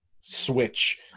Switch